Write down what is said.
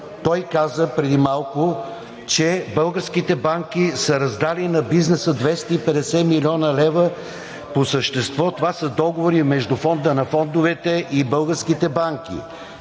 той каза преди малко, че българските банки са раздали на бизнеса 250 млн. лв. По същество това са договори между Фонда на фондовете и българските банки.